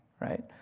right